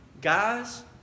Guys